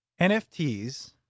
NFTs